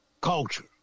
Culture